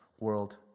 world